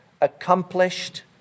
accomplished